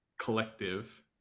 collective